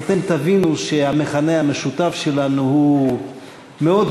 אז אתם תבינו שהמכנה המשותף שלנו הוא מאוד